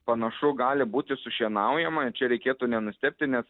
panašu gali būti sušienaujama ir čia reikėtų nenustebti nes